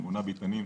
שמונה ביתנים,